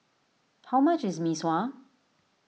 how much is Mee Sua